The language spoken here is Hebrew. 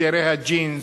צעירי הג'ינס,